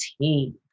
team